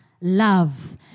Love